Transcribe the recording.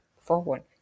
forward